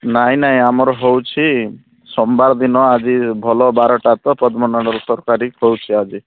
ନାହିଁ ନାହିଁ ଆମର ହେଉଛି ସୋମବାର ଦିନ ଆଜି ଭଲ ବାରଟା ତ ପଦ୍ମନାଡ଼ର ତରକାରୀ ହେଉଛି ଆଜି